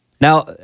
Now